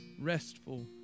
restful